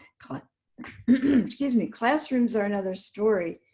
cla excuse me. classrooms are another story.